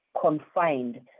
confined